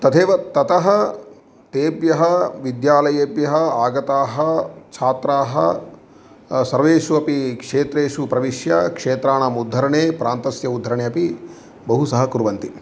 तथैव ततः तेभ्यः विद्यालयेभ्यः आगताः छात्राः सर्वेष्वपि क्षेत्रेषु प्रविश्य क्षेत्राणामुद्धरणे प्रान्तस्य उद्धरणेऽपि बहु सहकुर्वन्ति